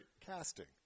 Casting